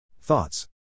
Thoughts